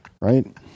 Right